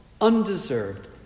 undeserved